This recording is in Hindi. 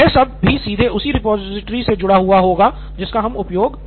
यह सब भी सीधे उसी रिपॉजिटरी से जुड़ा हुआ होगा जिसका हम उपयोग कर रहे हैं